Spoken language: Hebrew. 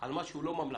על מה שהוא לא ממלכתי.